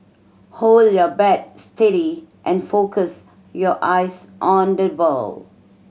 hold your bat steady and focus your eyes on the ball